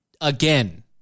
again